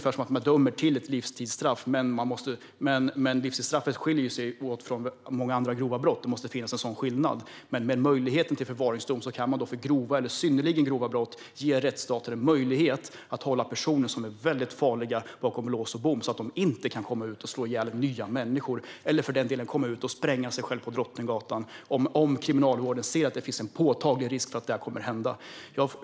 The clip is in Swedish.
Livstidsstraffet skiljer sig från straffen för många andra grova brott, och det måste finnas en skillnad, men med möjligheten till förvaringsdom kan man för grova eller synnerligen grova brott ge rättsstater en möjlighet att hålla personer som är väldigt farliga bakom lås och bom så att de inte kan komma ut och slå ihjäl fler människor eller för den delen spränga sig själva på Drottninggatan om Kriminalvården ser att det finns en påtaglig risk för att det kommer att hända.